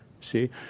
See